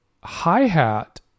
hi-hat